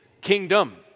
kingdom